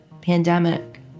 pandemic